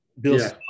Bill